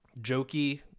jokey